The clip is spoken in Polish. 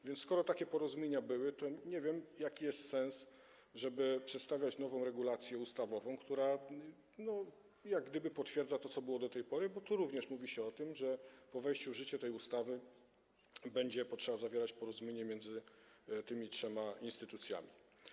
A więc skoro takie porozumienia były, to nie wiem, jaki jest sens, żeby przedstawiać nową regulację ustawową, która jak gdyby potwierdza to, co było do tej pory, bo tu również mówi się o tym, że po wejściu w życie tej ustawy będzie potrzeba zawierania porozumienia między tymi trzema instytucjami.